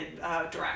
direct